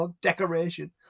decoration